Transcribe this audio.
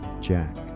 Jack